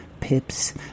pips